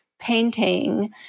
painting